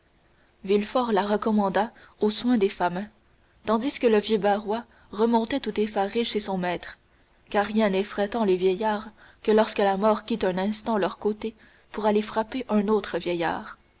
villefort la recommanda aux soins des femmes tandis que le vieux barrois remontait tout effaré chez son maître car rien n'effraie tant les vieillards que lorsque la mort quitte un instant leur côté pour aller frapper un autre